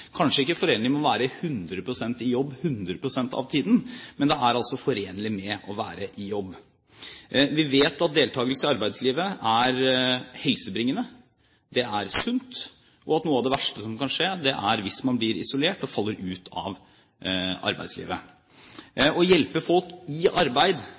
kanskje ikke forenlig med å være i 100 pst. jobb 100 pst. av tiden, men det er forenlig med å være i jobb. Vi vet at deltakelse i arbeidslivet er helsebringende, er sunt, og at noe av det verste som kan skje, er at man blir isolert og faller ut av arbeidslivet. Å hjelpe folk ut i arbeid